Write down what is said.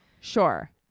Sure